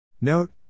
Note